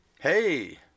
Hey